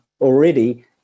already